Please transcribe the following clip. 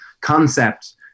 concept